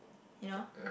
you know